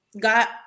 got